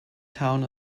town